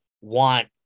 want